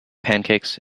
pancakes